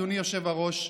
אדוני היושב-ראש,